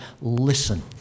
listen